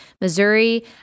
Missouri